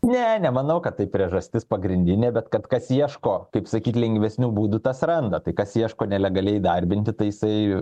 ne nemanau kad tai priežastis pagrindinė bet kad kas ieško kaip sakyt lengvesnių būdų tas randa tai kas ieško nelegaliai įdarbinti tai jisai